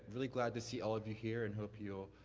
really glad to see all of you here and hope you'll